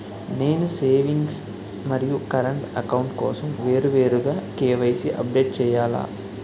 నేను సేవింగ్స్ మరియు current account కోసం వేరువేరుగా కే.వై.సీ అప్డేట్ చేయాలా?